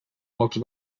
pocs